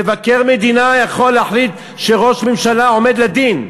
אבל מבקר המדינה יכול להחליט שראש הממשלה עומד לדין.